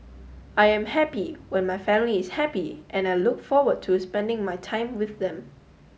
I am happy when my family is happy and I look forward to spending my time with them